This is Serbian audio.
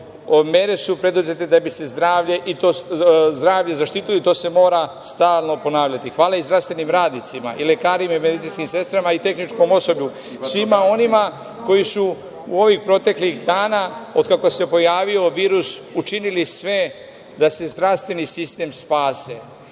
mere su preduzete da bi se zdravlje zaštitilo i to se mora stalno ponavljati. Hvala i zdravstvenim radnicima i lekarima i medicinskim sestrama i tehničkom osoblju, svima onima koji su ovih proteklih dana, od kako se pojavio virus, učinili sve da se zdravstveni sistem spase.